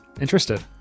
interested